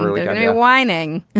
really kind of whining